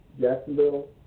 Jacksonville